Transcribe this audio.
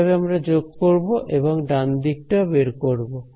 এইভাবে আমরা যোগ করব এবং ডান দিকটি বের করব